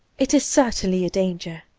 it is certainly a danger